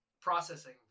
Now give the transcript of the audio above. processing